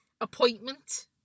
Appointment